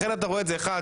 לכן אתה רואה את זה 1,